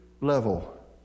level